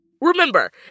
Remember